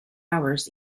hours